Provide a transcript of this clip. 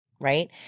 right